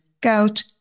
gout